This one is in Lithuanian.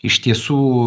iš tiesų